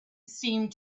seemed